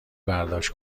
برداشت